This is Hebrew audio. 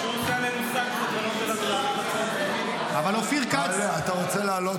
אנחנו נעשה --------- אתה רוצה לעלות,